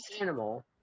animal